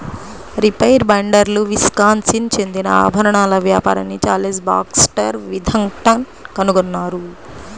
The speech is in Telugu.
రీపర్ బైండర్ను విస్కాన్సిన్ చెందిన ఆభరణాల వ్యాపారి చార్లెస్ బాక్స్టర్ విథింగ్టన్ కనుగొన్నారు